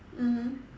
mmhmm